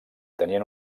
tenien